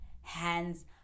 hands